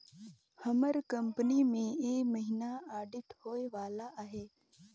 हमर कंपनी में ए महिना आडिट होए वाला अहे